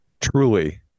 truly